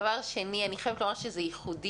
דבר שני, אני חייבת לומר שזה ייחודי.